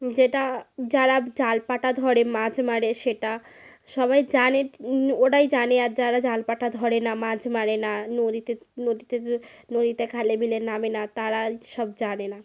যেটা যারা জাল পাটা ধরে মাছ মারে সেটা সবাই জানে ওরাই জানে আর যারা ঝাল পাটা ধরে না মাছ মারে না নদীতে নদীতে দু নদীতে খালে বিলে নামে না তারাল এই সব জানে না